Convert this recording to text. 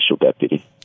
deputy